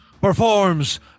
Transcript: performs